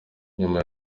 nyuma